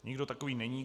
Nikdo takový není.